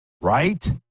Right